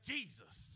Jesus